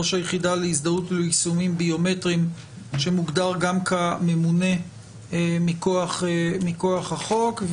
ראש היחידה להזדהות וליישומים ביומטריים שמוגדר גם כממונה מכוח החוק,